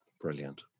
Brilliant